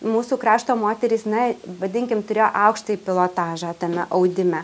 mūsų krašto moterys na vadinkim turėjo aukštąjį pilotažą tame audime